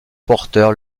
porteur